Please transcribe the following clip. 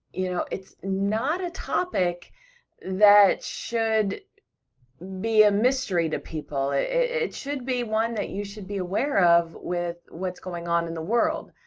you know, it's not a topic that should be a mystery to people, it should be one that you should be aware of with what's going on in the world.